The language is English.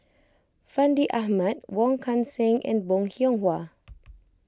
Fandi Ahmad Wong Kan Seng and Bong Hiong Hwa